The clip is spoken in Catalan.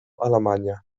alemanya